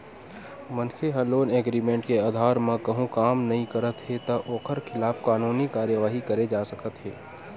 मनखे ह loan agreement के अधार म कहूँ काम नइ करत हे त ओखर खिलाफ कानूनी कारवाही करे जा सकत हे